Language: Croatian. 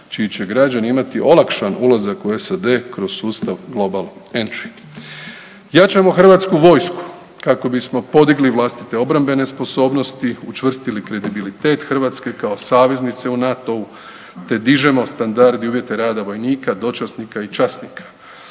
čiji će građani imati olakšan ulazak u SAD kroz sustav Global Entry. Jačamo HV kako bismo podigli vlastite obrambene sposobnosti, učvrstili kredibilitet Hrvatske kao saveznice u NATO-u, te dižemo standard i uvjete rada vojnika, dočasnika i časnika,